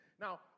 Now